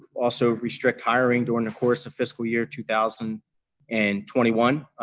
also restrict hiring during the course of fiscal year two thousand and twenty one.